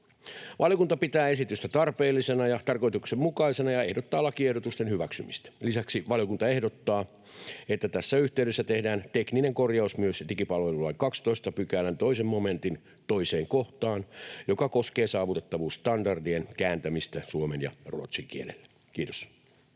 Valiokunta pitää esitystä tarpeellisena ja tarkoituksenmukaisena ja ehdottaa lakiehdotusten hyväksymistä. Lisäksi valiokunta ehdottaa, että tässä yhteydessä tehdään tekninen korjaus myös digipalvelulain 12 §:n 2 momentin 2 kohtaan, joka koskee saavutettavuusstandardien kääntämistä suomen ja ruotsin kielellä. — Kiitos.